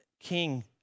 King